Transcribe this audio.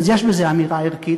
אז יש בזה אמירה ערכית,